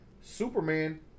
Superman